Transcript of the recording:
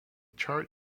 chart